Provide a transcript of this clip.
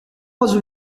was